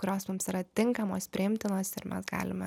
kurios mums yra tinkamos priimtinos ir mes galime